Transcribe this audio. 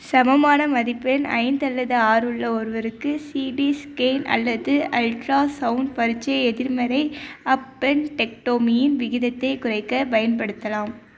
சமமான மதிப்பெண் ஐந்து அல்லது ஆறு உள்ள ஒருவருக்கு சிடி ஸ்கேன் அல்லது அல்ட்ராசவுண்ட் பரீட்சை எதிர்மறை அப்பென்டெக்டோமியின் விகிதத்தைக் குறைக்கப் பயன்படுத்தலாம்